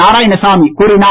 நாராயணசாமி கூறினார்